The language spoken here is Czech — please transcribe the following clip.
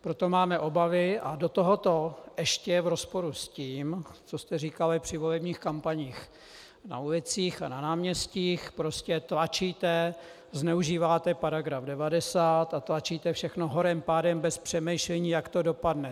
Proto máme obavy a do tohoto ještě v rozporu s tím, co jste říkali při volebních kampaních na ulicích a na náměstích, prostě tlačíte, zneužíváte § 90 a tlačíte všechno horem pádem bez přemýšlení, jak to dopadne.